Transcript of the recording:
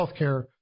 healthcare